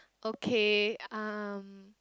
okay um